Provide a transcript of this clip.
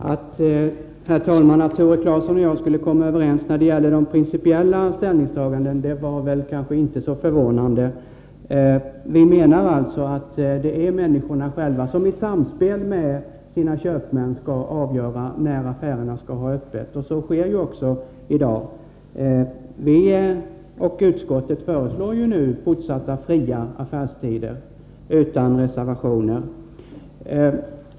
Herr talman! Att Tore Claeson och jag inte skulle komma överens när det gäller de principiella ställningstagandena är väl kanske inte så förvånande. Vi iutskottsmajoriteten menar att det är människorna själva som i samspel med sina köpmän skall avgöra när affärerna skall ha öppet. Så sker också i dag. Utskottet föreslår ju nu fortsatta fria affärstider utan reservationer.